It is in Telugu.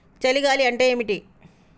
చలి గాలి అంటే ఏమిటి?